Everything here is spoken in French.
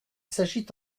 s’agit